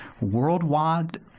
worldwide